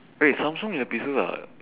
wait samsung earpieces ah